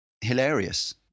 hilarious